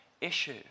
issue